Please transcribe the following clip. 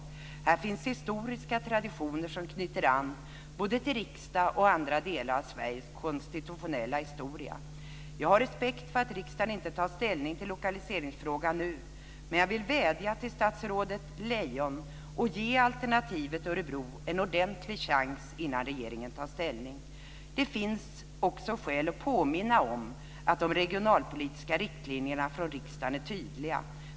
I Örebro finns historiska traditioner som knyter an både till riksdag och till andra delar av Sveriges konstitutionella historia. Jag har respekt för att riksdagen inte nu tar ställning i lokaliseringsfrågan men jag vädjar till statsrådet Lejon om att alternativet Örebro ges en ordentlig chans innan regeringen tar ställning. Det finns också skäl att påminna om att de regionalpolitiska riktlinjerna från riksdagen är tydliga.